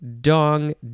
dong